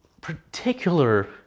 particular